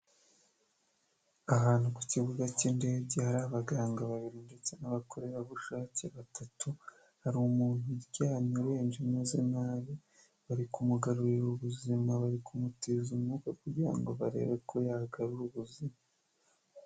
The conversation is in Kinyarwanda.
Ahantu ku kibuga cy'indege hari abaganga babiri ndetse n'abakorerabushake batatu, hari umuntu uryamye urembye umeze nabi bari kumugarurira ubuzima, bari kumutiza umwuka kugira ngo barebe ko yagarura ubuzima.